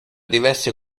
diverse